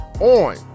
on